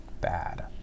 bad